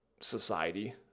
society